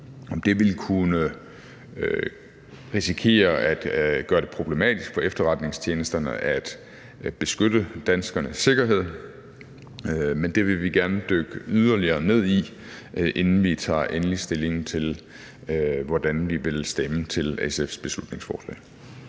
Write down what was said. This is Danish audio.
det vil kunne risikere at gøre det problematisk for efterretningstjenesterne at beskytte danskernes sikkerhed, men det vil vi gerne dykke yderligere ned i, inden vi tager endelig stilling til, hvordan vi vil stemme til SF's beslutningsforslag.